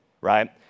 right